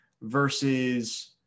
versus